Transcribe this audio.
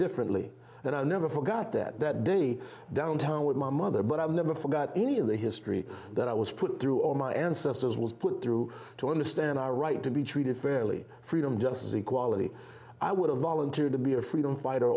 differently and i never forgot that that day down town with my mother but i never forgot any of the history that i was put through all my ancestors was put through to understand our right to be treated fairly freedom justice equality i would have volunteered to be a freedom fighter